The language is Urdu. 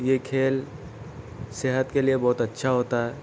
یہ کھیل صحت کے لیے بہت اچّھا ہوتا ہے